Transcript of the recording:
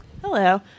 Hello